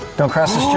don't cross the